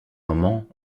moment